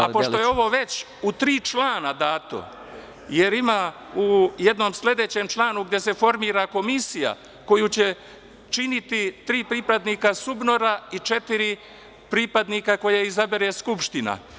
A, pošto je ovo već u tri člana dato, jer ima u jednom sledećem članu gde se formira komisija koju će činiti tri pripadnika SUBNOR-a i četiri pripadnika koje izabere Skupština.